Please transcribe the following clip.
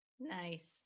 Nice